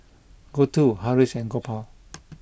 Gouthu Haresh and Gopal